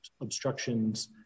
obstructions